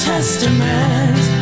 testament